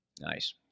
Nice